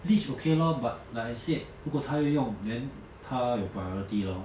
leech okay lor but like I said 不过她会用 then 她有 priority lor